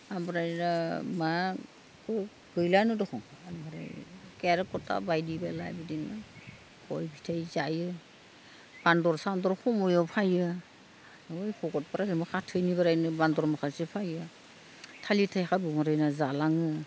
ओमफ्राय दा मा गैलानो दख' केरक'ता बायदि बेला बिदि गय फिथाइ जायो बान्दर सान्दर समयाव फायो ऐ भकतफोरा खाथिनिफ्रायनो बान्दर माखासे फायो थालिर थायखा बुम्ब्रायना जालाङो